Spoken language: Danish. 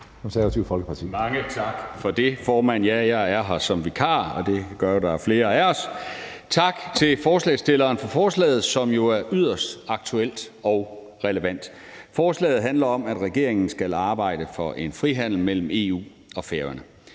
Mange tak for det, formand. Jeg er her som vikar. Tak til forslagsstillerne for forslaget, som jo er yderst aktuelt og relevant. Forslaget handler om, at regeringen skal arbejde for en frihandel mellem EU og Færøerne.